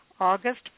August